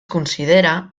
considera